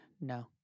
No